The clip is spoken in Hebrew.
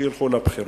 שילכו לבחירות.